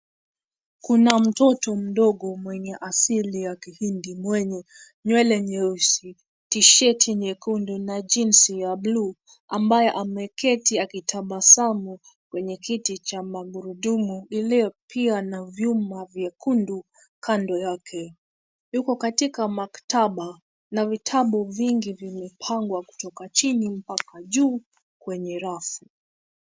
Kuna mtoto mdogo mwenye asili ya kihindi mwenye nywele nyeusi, tisheti nyekundu na jeans ya bluu, ambaye ameketi akitabasamu kwenye kiti cha magurudumu iliyo pia na vyuma vyekundu kando yake. yuko katika maktabi na vitabu vingi vimepangwa kutoka chini mpaka juu kwenye rafu.